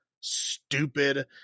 stupid